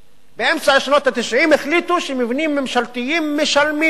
באמצע שנות ה-90 החליטו שעל מבנים ממשלתיים משלמים ארנונה.